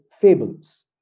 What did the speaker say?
Fables